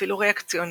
אפילו ריאקציוני,